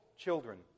Children